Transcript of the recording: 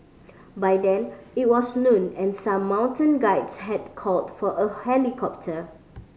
by then it was noon and some mountain guides had called for a helicopter